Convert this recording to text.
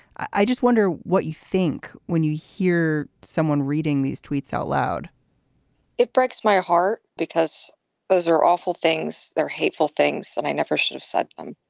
i just wonder what you think when you hear someone reading these tweets out loud it breaks my heart because those are awful things. they're hateful things. and i never should've said them.